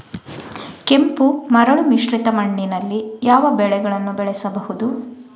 ಕೆಂಪು ಮರಳು ಮಿಶ್ರಿತ ಮಣ್ಣಿನಲ್ಲಿ ಯಾವ ಬೆಳೆಗಳನ್ನು ಬೆಳೆಸಬಹುದು?